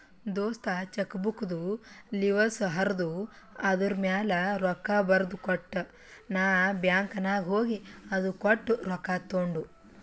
ದೋಸ್ತ ಚೆಕ್ಬುಕ್ದು ಲಿವಸ್ ಹರ್ದು ಅದೂರ್ಮ್ಯಾಲ ರೊಕ್ಕಾ ಬರ್ದಕೊಟ್ಟ ನಾ ಬ್ಯಾಂಕ್ ನಾಗ್ ಹೋಗಿ ಅದು ಕೊಟ್ಟು ರೊಕ್ಕಾ ತೊಂಡು